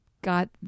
got